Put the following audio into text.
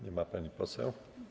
Nie ma pani poseł.